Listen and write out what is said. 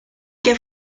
que